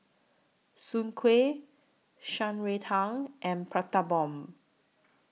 Soon Kway Shan Rui Tang and Prata Bomb